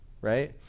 right